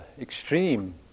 extreme